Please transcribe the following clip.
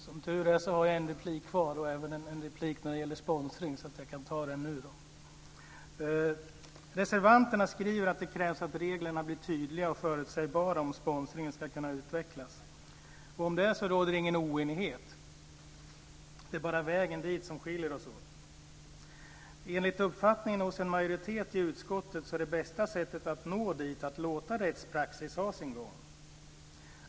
Fru talman! Som tur är har jag en replik kvar och även en förberedd replik när det gäller sponsring, så jag kan ta den nu. Reservanterna skriver att det krävs att reglerna blir tydliga och förutsägbara om sponsringen ska kunna utvecklas. Att det är så råder det ingen oenighet om. Det är bara vägen dit som skiljer oss åt. Enligt uppfattningen hos en majoritet i utskottet är det bästa sättet att nå dit att låta rättspraxis ha sin gång.